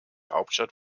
hauptstadt